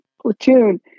Platoon